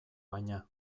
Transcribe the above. baina